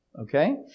Okay